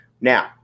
Now